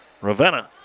Ravenna